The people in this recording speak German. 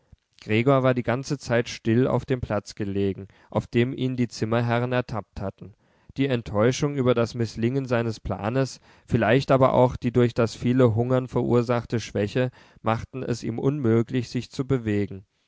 gregor war die ganze zeit still auf dem platz gelegen auf dem ihn die zimmerherren ertappt hatten die enttäuschung über das mißlingen seines planes vielleicht aber auch die durch das viele hungern verursachte schwäche machten es ihm unmöglich sich zu bewegen